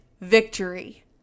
victory